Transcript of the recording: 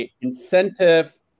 incentive